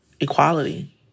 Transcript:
equality